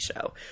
show